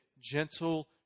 gentle